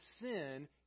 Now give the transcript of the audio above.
sin